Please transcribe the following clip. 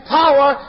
power